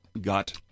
got